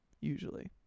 usually